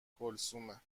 کلثومه